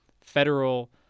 federal